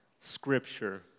Scripture